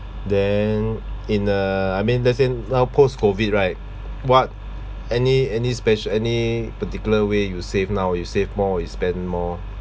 then in uh I mean let's say now post COVID right what any any special any particular way you will save now you save more you spend more